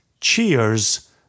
Cheers